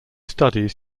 studies